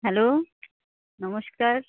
hello নমস্কার